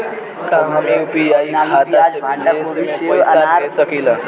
का हम यू.पी.आई खाता से विदेश में पइसा भेज सकिला?